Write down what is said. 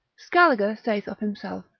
scaliger saith of himself,